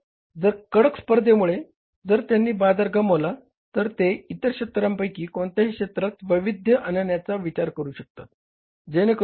तर जर कडक स्पर्धेमुळे जर त्यांनी बाजार गमावला तर ते इतर क्षेत्रांपैकी कोणत्या क्षेत्रात वैविध्य आणण्याचा विचार करू शकतात